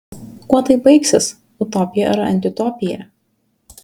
kuo tai baigsis utopija ar antiutopija